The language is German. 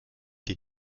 den